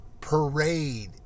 parade